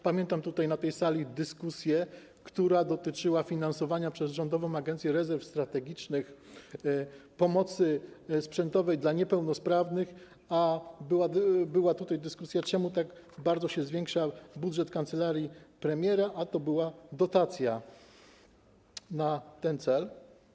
Pamiętam na tej sali dyskusję, która dotyczyła finansowania przez Rządową Agencję Rezerw Strategicznych pomocy sprzętowej dla niepełnosprawnych, a ta dyskusja dotyczyła tego, czemu tak bardzo się zwiększa budżet kancelarii premiera, a to była dotacja na ten cel.